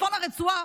בצפון הרצועה,